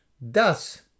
Thus